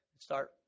start